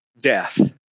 death